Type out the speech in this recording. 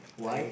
why